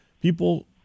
people